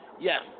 yes